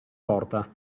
porta